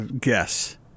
guess